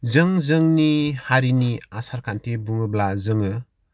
जों जोंनि हारिनि आसार खान्थि बुङोब्ला जोङो